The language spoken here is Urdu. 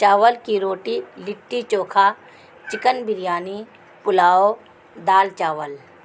چاول کی روٹی لٹی چوکھا چکن بریانی پلاؤ دال چاول